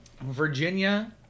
virginia